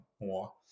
more